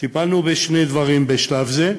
טיפלנו בשני דברים בשלב זה,